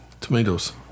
tomatoes